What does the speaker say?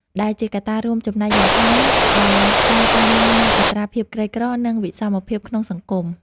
ដែលជាកត្តារួមចំណែកយ៉ាងខ្លាំងដល់ការកើនឡើងនៃអត្រាភាពក្រីក្រ និងវិសមភាពក្នុងសង្គម។